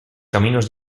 caminos